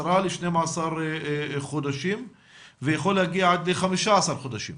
ל-12 חודשים ויכול להגיע עד 15 חודשים.